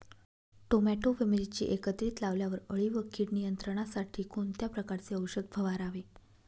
Tomato व मिरची एकत्रित लावल्यावर अळी व कीड नियंत्रणासाठी कोणत्या प्रकारचे औषध फवारावे?